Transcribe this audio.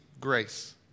Grace